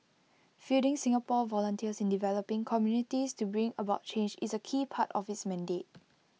fielding Singapore volunteers in developing communities to bring about change is A key part of its mandate